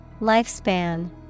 Lifespan